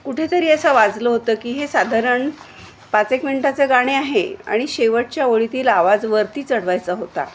कुठेतरी असं वाचलं होतं की हे साधारण पाच एक मिनटाचं गाणे आहे आणि शेवटच्या ओळीतील आवाज वरती चढवायचा होता